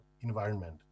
environment